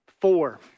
four